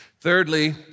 Thirdly